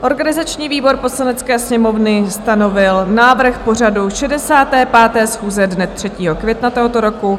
Organizační výbor Poslanecké sněmovny stanovil návrh pořadu 65. schůze dne 3. května tohoto roku.